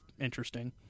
interesting